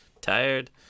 tired